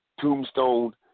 tombstone